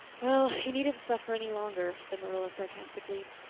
well, you needn't suffer any longer, said marilla sarcastically.